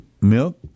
Milk